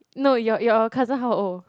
no your your cousin how old